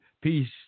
Peace